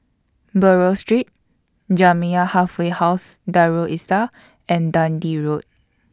Buroh Street Jamiyah Halfway House Darul Islah and Dundee Road